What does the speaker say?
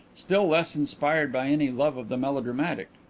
still less inspired by any love of the melodramatic.